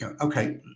okay